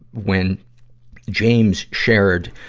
when james shared,